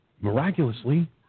miraculously